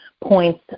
points